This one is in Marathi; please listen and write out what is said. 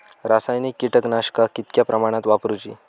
रासायनिक कीटकनाशका कितक्या प्रमाणात वापरूची?